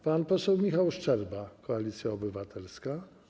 Pan poseł Michał Szczerba, Koalicja Obywatelska.